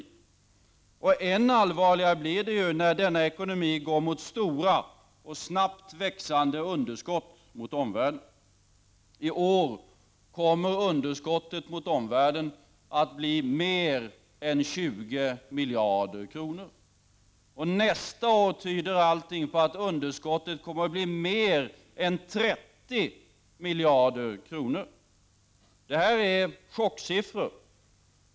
Det blir än allvarligare när denna ekonomi går med stora och snabbt växande underskott gentemot omvärlden. I år kommer detta underskott att bli större än 20 miljarder kronor. Nästa år tyder allt på att underskottet kommer att bli större än 30 miljarder kronor. Detta är chocksiffror.